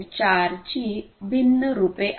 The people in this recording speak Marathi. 4 चे भिन्न रूपे आहेत